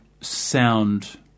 sound